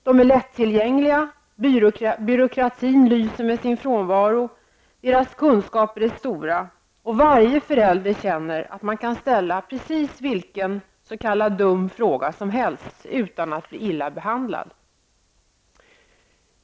De är lättillgängliga, byråkratin lyser med sin frånvaro, deras kunskaper är stora, och varje förälder känner att man kan ställa precis vilka ''dumma'' frågor som helst utan att bli illa behandlad.